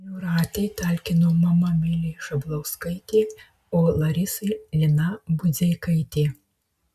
jūratei talkino mama milė šablauskaitė o larisai lina budzeikaitė